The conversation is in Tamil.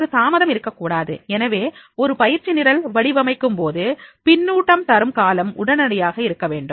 ஒரு தாமதம் இருக்கக்கூடாது எனவே ஒரு பயிர்ச்சி நிரல் வடிவமைக்கும்போது பின்னூட்டம் தரும் காலம் உடனடியாக இருக்க வேண்டும்